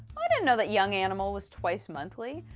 i didn't know that young animal was twice monthly.